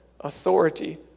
authority